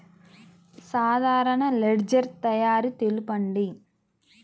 సాధారణ లెడ్జెర్ తయారి తెలుపండి?